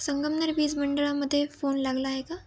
संगमनेर बीज मंडळामधे फोन लागला आहे का